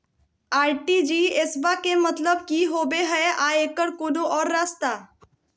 RTGS बा के मतलब कि होबे हय आ एकर कोनो और रस्ता?